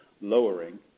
lowering